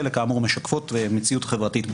חלק משקפות מציאות חברתית מוטה,